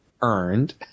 earned